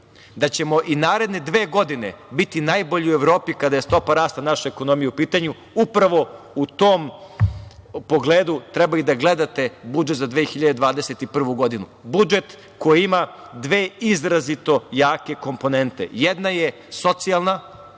da ćemo i naredne dve godine biti najbolji u Evropi kada je stopa rasta naše ekonomije u pitanju upravo u tom pogledu trebali da gledate budžet za 2021. godinu. Budžet koji ima dve izrazito jake komponente. Jedna je socijalna